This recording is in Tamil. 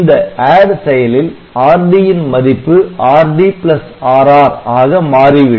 இந்த ADD செயலில் Rd ன் மதிப்பு RdRr ஆக மாறிவிடும்